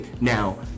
Now